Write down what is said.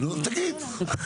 תגיד.